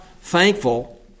thankful